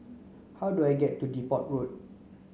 how do I get to Depot Road